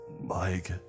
Mike